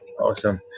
Awesome